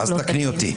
אז תקני אותי.